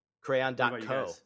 Crayon.co